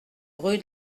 rue